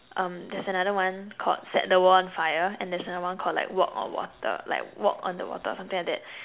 um there's another one called set the world on fire and there's another one called like walk the water like walk on the water or something like that